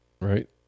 Right